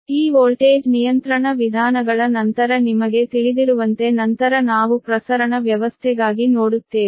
ಈ ವೋಲ್ಟೇಜ್ ನಿಯಂತ್ರಣ ವಿಧಾನಗಳ ನಂತರ ನಿಮಗೆ ತಿಳಿದಿರುವಂತೆ ನಂತರ ನಾವು ಪ್ರಸರಣ ವ್ಯವಸ್ಥೆಗಾಗಿ ನೋಡುತ್ತೇವೆ